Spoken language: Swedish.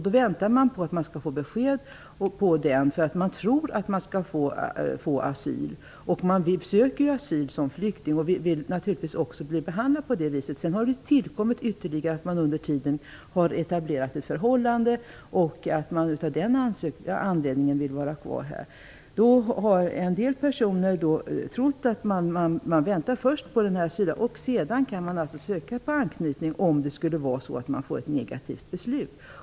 Då väntar de på att de skall få besked, för de tror att de skall få asyl. Man söker asyl som flykting och vill naturligtvis också bli behandlad på det viset. Under tiden har det tillkommit att man har etablerat ett förhållande och vill av den anledningen vara kvar här. Då har en del personer trott att man först väntar på besked om sin asylansökan, och sedan kan man söka på anknytning, om man skulle få ett negativt besked.